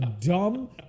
dumb